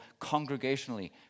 congregationally